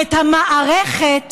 את המערכת